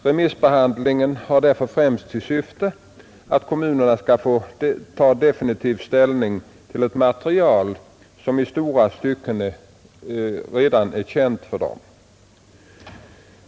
Remissbehandlingen har därför främst till syfte att kommunerna skall ta definitiv ställning till ett material som i stora stycken redan är känt för dem.